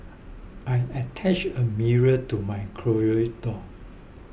I attached a mirror to my closet door